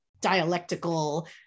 dialectical